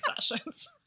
sessions